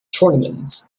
tournaments